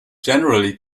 generally